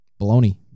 Baloney